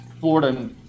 Florida